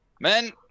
men